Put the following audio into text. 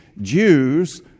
Jews